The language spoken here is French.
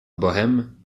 bohême